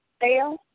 fail